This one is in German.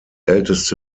älteste